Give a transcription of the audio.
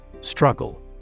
Struggle